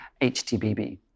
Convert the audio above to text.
HTBB